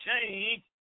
change